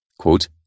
Quote